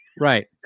Right